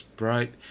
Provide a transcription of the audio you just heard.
bright